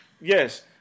Yes